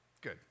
good